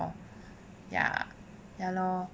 ya ya lor